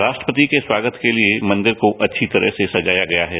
राष्ट्रपति के स्वागत के लिए मंदिर को अच्छी तरह सजाया गया है